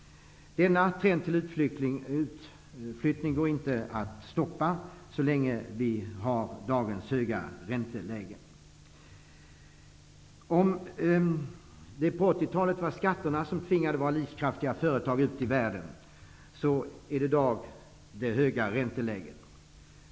Denna trend med utflyttning av industri utomlands går inte att stoppa så länge vi har dagens höga ränteläge. Om det på 80-talet var skatterna som tvingade våra livskraftiga företag ut i världen, är det i dag det höga ränteläget.